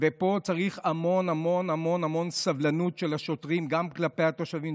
ופה צריך המון המון המון סבלנות של השוטרים גם כלפי התושבים.